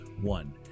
one